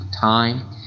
time